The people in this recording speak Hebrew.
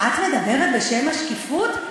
את מדברת בשם השקיפות?